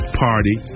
party